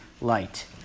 light